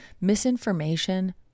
misinformation